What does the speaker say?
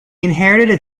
inherited